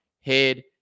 head